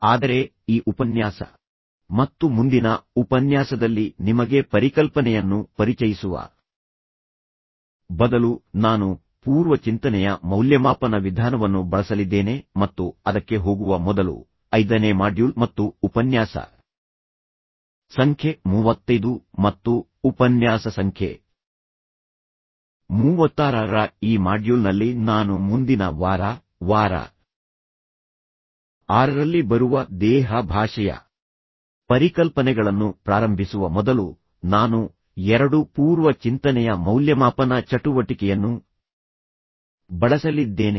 ಆದರೆ ಈ ಉಪನ್ಯಾಸ ಮತ್ತು ಮುಂದಿನ ಉಪನ್ಯಾಸದಲ್ಲಿ ನಿಮಗೆ ಪರಿಕಲ್ಪನೆಯನ್ನು ಪರಿಚಯಿಸುವ ಬದಲು ನಾನು ಪೂರ್ವ ಚಿಂತನೆಯ ಮೌಲ್ಯಮಾಪನ ವಿಧಾನವನ್ನು ಬಳಸಲಿದ್ದೇನೆ ಮತ್ತು ಅದಕ್ಕೆ ಹೋಗುವ ಮೊದಲು ಐದನೇ ಮಾಡ್ಯೂಲ್ ಮತ್ತು ಉಪನ್ಯಾಸ ಸಂಖ್ಯೆ ಮೂವತ್ತೈದು ಮತ್ತು ಉಪನ್ಯಾಸ ಸಂಖ್ಯೆ ಮೂವತ್ತಾರ ರ ಈ ಮಾಡ್ಯೂಲ್ನಲ್ಲಿ ನಾನು ಮುಂದಿನ ವಾರ ವಾರ ಆರರಲ್ಲಿ ಬರುವ ದೇಹ ಭಾಷೆಯ ಪರಿಕಲ್ಪನೆಗಳನ್ನು ಪ್ರಾರಂಭಿಸುವ ಮೊದಲು ನಾನು ಎರಡು ಪೂರ್ವ ಚಿಂತನೆಯ ಮೌಲ್ಯಮಾಪನ ಚಟುವಟಿಕೆಯನ್ನು ಬಳಸಲಿದ್ದೇನೆ